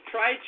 Try